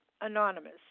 Anonymous